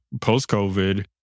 post-COVID